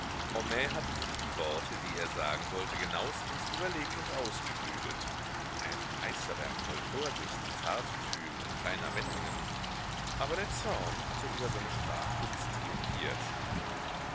hatte sich die worte die er sagen wollte genauestens überlegt und ausgeklügelt ein meisterwerk voll vorsicht zartgefühl und feiner wendungen aber der zorn hatte über seine sprachkunst triumphiert